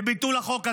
לביטול החוק הזה.